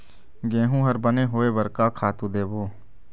गेहूं हर बने होय बर का खातू देबो?